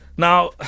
Now